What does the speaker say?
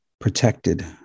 protected